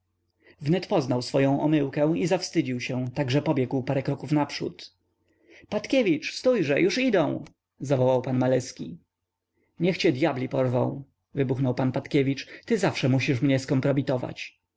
wnet poznał swoję omyłkę i zawstydził się tak że pobiegł parę kroków naprzód patkiewicz stójże już idą zawołał pan maleski niech cię dyabli porwą wybuchnął pan patkiewicz ty zawsze musisz mnie skompromitować